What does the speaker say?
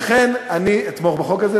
לכן, אני אתמוך בחוק הזה.